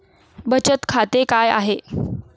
बचत खाते काय आहे?